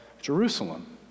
Jerusalem